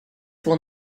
will